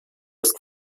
ist